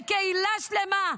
וקהילה שלמה,